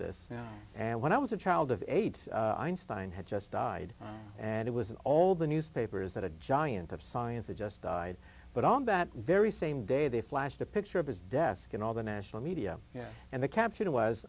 this and when i was a child of eight and had just died and it was all the newspapers that a giant of science just died but on that very same day they flashed a picture of his desk and all the national media and the caption was